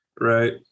right